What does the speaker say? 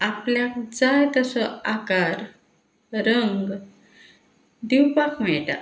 आपल्याक जाय तसो आकार रंग दिवपाक मेळटा